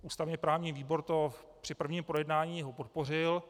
Ústavněprávní výbor ho při prvním projednání podpořil.